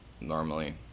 normally